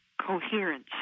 coherence